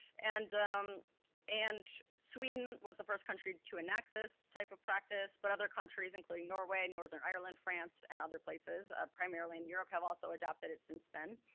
and um and sweden was the first country to enact this type of practice, but other countries, including norway, northern ireland, france, and other places, ah primarily in europe, have also adapted it since then.